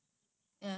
can